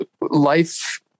life